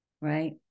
Right